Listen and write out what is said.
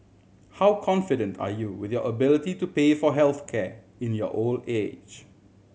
how confident are you with your ability to pay for health care in your old age